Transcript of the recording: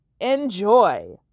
enjoy